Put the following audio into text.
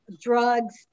drugs